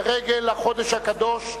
לרגל החודש הקדוש,